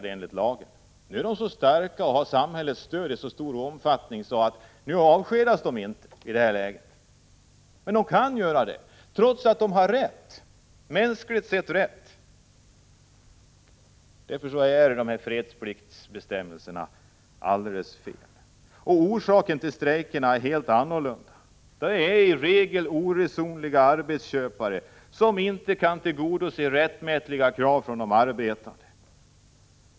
De strejkande är så starka och har ett så omfattande stöd att de inte blir avskedade. Men de skulle kunna bli det enligt lagen, trots att de mänskligt sett har rätt. Därför är fredspliktsbestämmelserna alldeles felaktiga. Orsaken till strejkerna är helt andra än vad lagstiftarna tänkt på. Det handlar i regel om att oresonliga arbetsköpare inte tillgodoser rättmätiga krav från de arbetande.